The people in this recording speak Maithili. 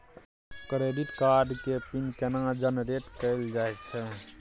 क्रेडिट कार्ड के पिन केना जनरेट कैल जाए छै?